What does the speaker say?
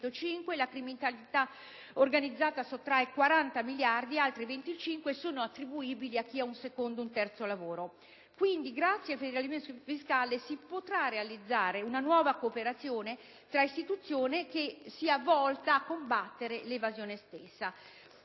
la criminalità organizzata sottrae 40 miliardi e altri 25 miliardi sono attribuibili a chi ha il secondo o terzo lavoro. Grazie al federalismo fiscale, dunque, si potrà realizzare una nuova cooperazione tra istituzioni, volta a combattere l'evasione stessa.